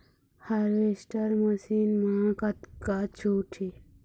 Harvester machine मा कतका छूट हे?